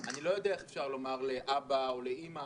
אני לא יודע איך אפשר לומר לאבא או לאימא